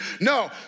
No